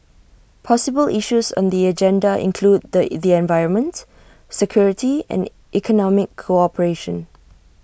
possible issues on the agenda include the environment security and economic cooperation